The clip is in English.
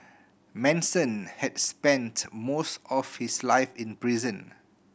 Manson had spent most of his life in prison